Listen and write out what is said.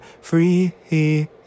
free